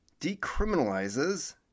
decriminalizes